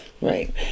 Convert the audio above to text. right